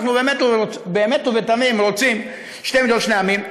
אנחנו באמת ובתמים רוצים שתי מדינות לשני עמים,